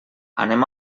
anem